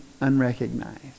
unrecognized